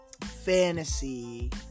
fantasy